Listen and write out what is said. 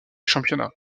championnat